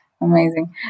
amazing